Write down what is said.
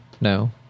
No